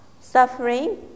suffering